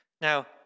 Now